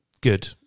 Good